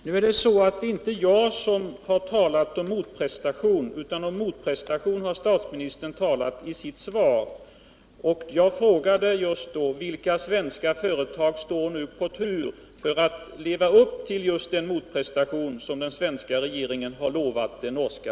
Herr talman! Det är inte jag som har talat om motprestation, utan det har statsministern gjort i sitt svar. Jag frågade vilka svenska företag som nu står på tur för att leva upp till den motprestation som den svenska regeringen har lovat den norska.